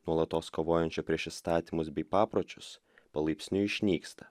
nuolatos kovojančio prieš įstatymus bei papročius palaipsniui išnyksta